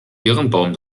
birnbaum